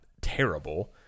terrible